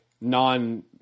non